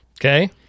Okay